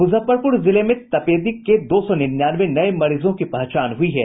मुजफ्फरपुर जिले में तपेदिक के दो सौ निन्यानवे नये मरीजों की पहचान हुई है